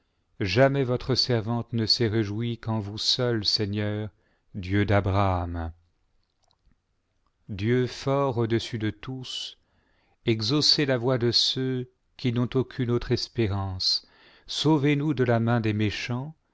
jamais votre servante ne s'est réjouie qu'eu vous seul seigneur dieu d'abraham dieu fort au-dessus de tous exaucez la voix de ceux qui n'ont aucune autre espérance sauvez-nous de la main des méchants